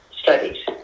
studies